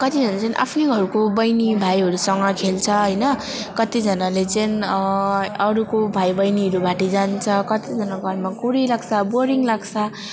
कतिजना चाहिँ आफ्नै घरको बहिनी भाइहरूसँग खेल्छ होइन कतिजनाले चाहिँ अरूको भाइ बहिनीहरू भाटी जान्छ कतिजना घरमा कुरी लाग्छ बोरिङ लाग्छ